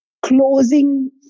closing